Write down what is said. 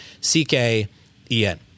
C-K-E-N